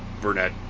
Burnett